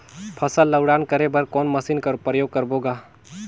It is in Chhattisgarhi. फसल ल उड़ान करे बर कोन मशीन कर प्रयोग करबो ग?